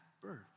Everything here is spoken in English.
birth